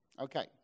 Okay